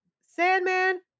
Sandman